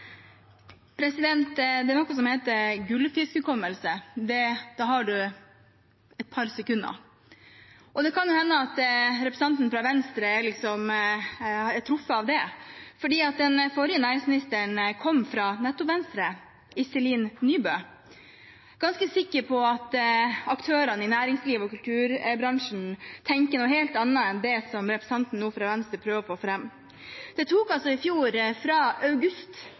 Det er noe som heter gullfiskhukommelse. Da har man et par sekunder. Det kan hende representanten fra Venstre er truffet av det, for den forrige næringsministeren kom fra nettopp Venstre, Iselin Nybø. Jeg er ganske sikker på at aktørene i næringslivet og kulturbransjen tenker noe helt annet enn det representanten fra Venstre nå prøver å få fram. Det tok fra august til februar i fjor